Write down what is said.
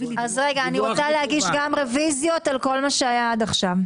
אני רוצה להגיש רוויזיות על כל מה שהיה עד עכשיו.